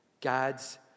God's